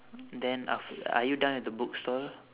then aft~ are you done with the bookstore